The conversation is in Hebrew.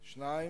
השני,